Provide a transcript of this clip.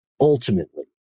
ultimately